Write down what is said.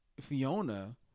Fiona